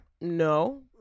no